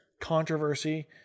controversy